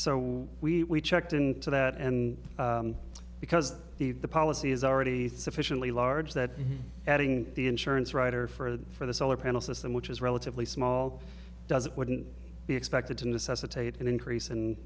o we checked into that and because the the policy is already sufficiently large that adding the insurance writer further for the solar panel system which is relatively small does it wouldn't be expected to necessitate an increase in